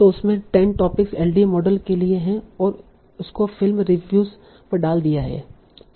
तो उसमे 10 topic LDA model के लिए है और उसको फिल्म रिव्युस पर डाल दिया है